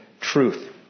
truth